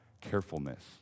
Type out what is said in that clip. carefulness